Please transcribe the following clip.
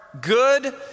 Good